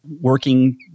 working